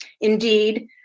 Indeed